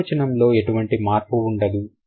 బహువచనంలో ఎటువంటి మార్పు ఉండదు